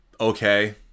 Okay